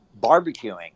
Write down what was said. barbecuing